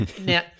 now